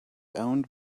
owned